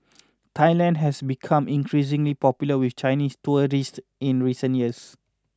Thailand has become increasingly popular with Chinese tourists in recent years